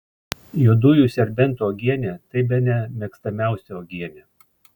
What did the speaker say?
juodųjų serbentų uogienė tai bene mėgstamiausia uogienė